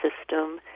system